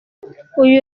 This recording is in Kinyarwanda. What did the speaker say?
uyu